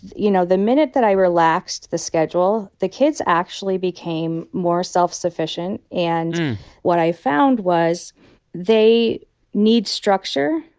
you know, the minute that i relaxed the schedule, the kids actually became more self-sufficient. and what i found was they need structure,